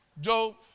Joe